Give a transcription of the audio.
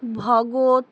Bhagat